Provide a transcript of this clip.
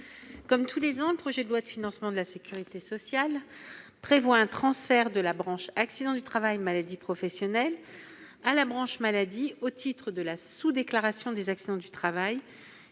Comme tous les ans, le projet de loi de financement de la sécurité sociale prévoit un transfert de la branche accidents du travail et maladies professionnelles (AT-MP) à la branche maladie au titre de la sous-déclaration des accidents du travail